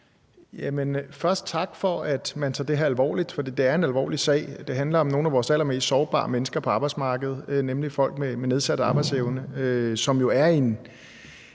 først tak for, at man tager det her alvorligt, for det er en alvorlig sag. Det handler om nogle af vores allermest sårbare mennesker på arbejdsmarkedet, nemlig folk med nedsat arbejdsevne, som jo er langt